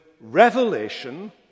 revelation